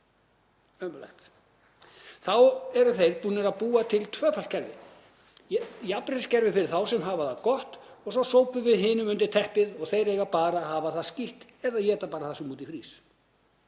Þá eru þeir búnir að búa til tvöfalt kerfi, jafnréttiskerfi fyrir þá sem hafa það gott og svo sópum við hinum undir teppið og þeir eiga að hafa það skítt eða éta bara það sem úti frýs.